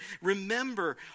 remember